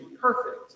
perfect